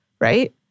right